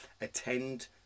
attend